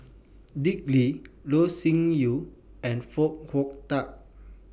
Dick Lee Loh Sin Yun and Foo Hong Tatt